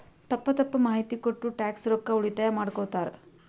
ತಪ್ಪ ತಪ್ಪ ಮಾಹಿತಿ ಕೊಟ್ಟು ಟ್ಯಾಕ್ಸ್ ರೊಕ್ಕಾ ಉಳಿತಾಯ ಮಾಡ್ಕೊತ್ತಾರ್